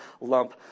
lump